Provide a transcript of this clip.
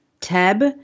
tab